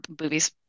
movies